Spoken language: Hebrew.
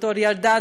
בתור ילדה,